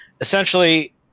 essentially